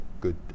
good